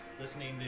listening